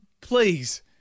please